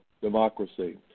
democracy